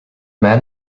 men